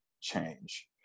change